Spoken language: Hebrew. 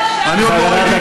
יכולת.